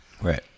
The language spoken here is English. right